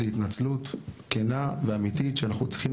זו התנצלות כנה ואמתית שאנחנו צריכים